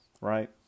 Right